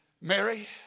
Mary